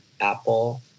Apple